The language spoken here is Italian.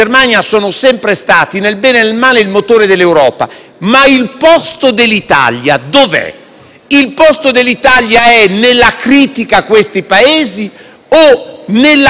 Il posto dell'Italia è nella critica a questi Paesi o nella condivisione, nella complicità e nella collaborazione con questi Paesi